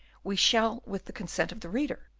we shall with the consent of the reader,